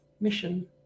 mission